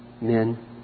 men